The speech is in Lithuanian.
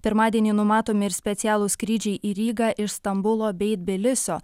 pirmadienį numatomi ir specialūs skrydžiai į rygą iš stambulo bei tbilisio